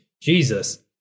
Jesus